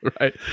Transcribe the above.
Right